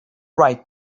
right